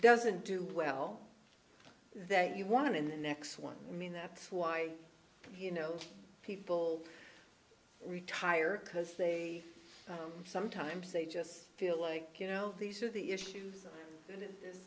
doesn't do well that you want in the next one i mean that's why you know people retired because they sometimes they just feel like you know these are the issues